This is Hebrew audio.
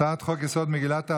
הצעת חוק-יסוד: מגילת העצמאות,